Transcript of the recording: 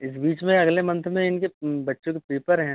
इस बीच में अगले मंथ में इनके बच्चों के पेपर हैं